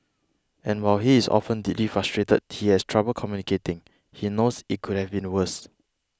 and while he is often deeply frustrated he has trouble communicating he knows it could have been worse